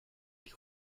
die